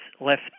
left